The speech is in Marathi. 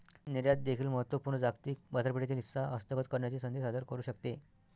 निर्यात देखील महत्त्व पूर्ण जागतिक बाजारपेठेतील हिस्सा हस्तगत करण्याची संधी सादर करू शकते